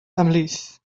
ymhlith